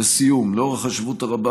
לסיום, לאור החשיבות הרבה